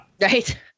right